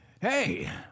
hey